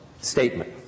statement